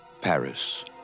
Paris